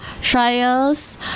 Trials